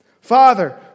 Father